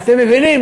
אתם מבינים?